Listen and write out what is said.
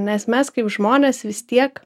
nes mes kaip žmonės vis tiek